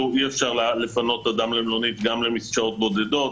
אי אפשר לפנות אדם למלונית גם למסגרות בודדות